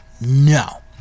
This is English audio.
no